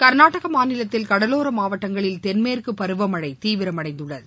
கர்நாடக மாநிலத்தில் கடலோர மாவட்டங்களில் தென்மேற்கு பருவமழை தீவிரமடைந்துள்ளது